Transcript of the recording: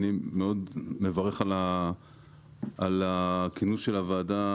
אני מברך מאוד על כינוס הוועדה.